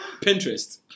Pinterest